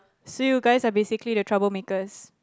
so you guys have basically the troublemakers